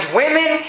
women